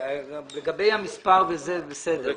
לגבי המספר, זה בסדר.